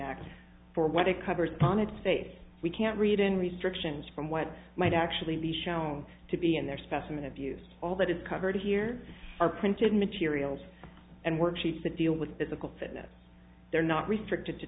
act for what it covers on its face we can't read in restrictions from what might actually be shown to be in their specimen of use all that is covered here are printed materials and worksheets to deal with physical fitness they're not restricted to